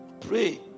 Pray